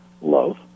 love